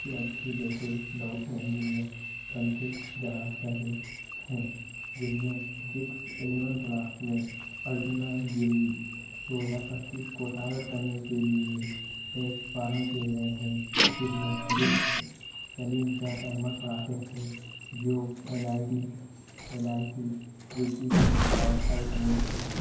अच्छी अच्छी जैसे डॉक्टर इंजीनियर बनते जा रहे हैं जिनमें फिजिक्स इलेवंथ क्लास में अर्चना जे ई दो हजार पचीस को टारगेट करने के लिए बैच प्रारम्भ किए गए हैं जिसमें फिजिक्स सलीम सर अहमद पढ़ाते हैं जो N I T N I T Trichy से हैं पास आउट हुए हैं